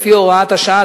לפי הוראת השעה,